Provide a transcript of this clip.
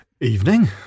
Evening